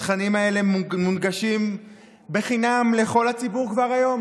שהתכנים האלה מונגשים בחינם לכל הציבור כבר היום